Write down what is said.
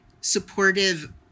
supportive